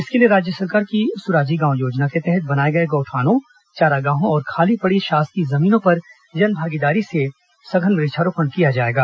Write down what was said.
इसके लिए राज्य सरकार की सुराजी गांव योजना के तहत बनाए गए गौठानों चारागाहों और खाली पड़ी शासकीय जमीनों पर जनभागीदारी से सघन वृक्षारोपण किया जाएगा